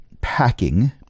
packing